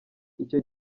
icyo